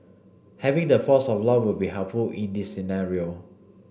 having the force of law would be helpful in the scenario